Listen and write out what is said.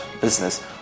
business